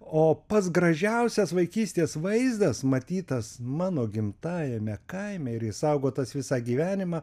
o pats gražiausias vaikystės vaizdas matytas mano gimtajame kaime ir išsaugotas visą gyvenimą